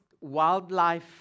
wildlife